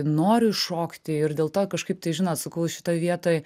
noriu šokti ir dėl to kažkaip tai žinot sakau šitoj vietoj